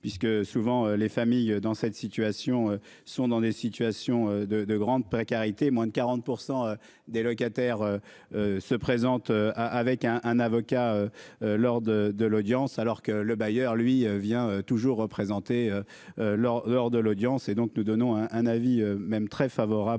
puisque souvent les familles dans cette situation sont dans des situations de grande précarité, moins de 40% des locataires. Se présente avec un, un avocat. Lors de l'audience, alors que le bailleur lui vient toujours représenté. Lors, lors de l'audience et donc, nous donnons un avis même très favorable.